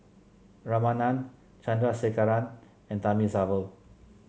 Ramanand Chandrasekaran and Thamizhavel